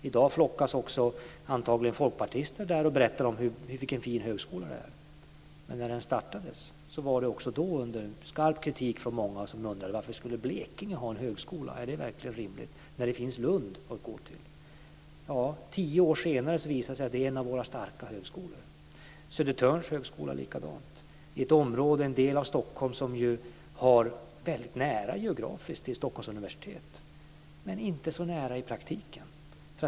I dag flockas antagligen också folkpartister där och berättar hur fin högskola det är. Men när den startades var det under skarp kritik från många som undrade varför Blekinge skulle ha en högskola, om det verkligen var rimligt när det fanns Lund att gå till. Tio år senare visar det sig att det är en av våra starka högskolor. Likadant är det med Södertörns högskola, i ett område av Stockholm som ju har väldigt nära geografiskt till Stockholms universitet men inte så nära i praktiken.